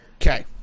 Okay